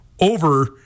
over